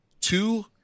two